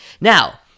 Now